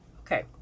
Okay